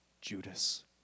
Judas